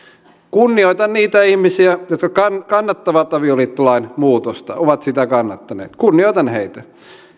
kunnioitan niitä ihmisiä jotka kannattavat avioliittolain muutosta ovat sitä kannattaneet kunnioitan heitä